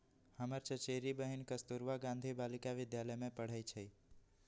हमर चचेरी बहिन कस्तूरबा गांधी बालिका विद्यालय में पढ़इ छइ